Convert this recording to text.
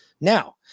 Now